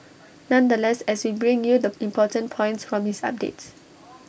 nonetheless as we bring you the important points from his updates